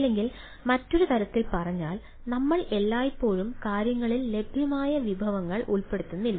അല്ലെങ്കിൽ മറ്റൊരു തരത്തിൽ പറഞ്ഞാൽ നമ്മൾ എല്ലായ്പ്പോഴും കാര്യങ്ങളിൽ ലഭ്യമായ വിഭവങ്ങൾ ഉപയോഗപ്പെടുത്തുന്നില്ല